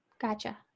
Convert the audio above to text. Gotcha